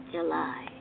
July